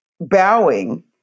bowing